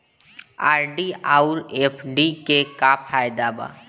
RD आउर FD के का फायदा बा?